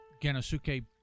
Genosuke